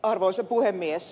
arvoisa puhemies